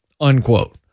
Unquote